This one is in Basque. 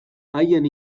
haien